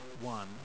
one